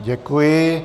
Děkuji.